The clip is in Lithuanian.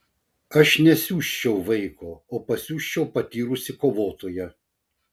aš nesiųsčiau vaiko o pasiųsčiau patyrusį kovotoją